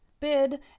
bid